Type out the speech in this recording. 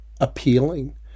appealing